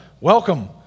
Welcome